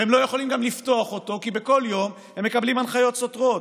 והם לא יכולים גם לפתוח אותו כי בכל יום הם מקבלים הנחיות סותרות,